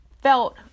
felt